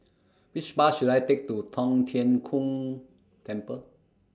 Which Bus should I Take to Tong Tien Kung Temple